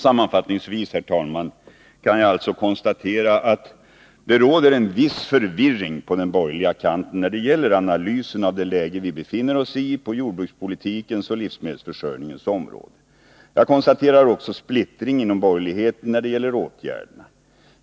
Sammanfattningsvis, herr talman, kan jag alltså konstatera att det råder en viss förvirring på den borgerliga kanten när det gäller analysen av det läge vi befinner oss i på jordbrukspolitikens och livsmedelsförsörjningens område. Jag konstaterar också splittring inom borgerligheten när det gäller åtgärderna.